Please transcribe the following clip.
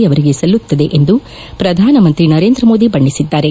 ಯವರಿಗೆ ಸಲ್ಲುತ್ತದೆ ಎಂದು ಪ್ರಧಾನಮಂತ್ರಿ ನರೇಂದ್ರ ಮೋದಿ ಬಣ್ಣಿಸಿದ್ದಾರೆ